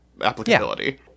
applicability